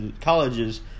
colleges